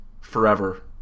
forever